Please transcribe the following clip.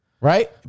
right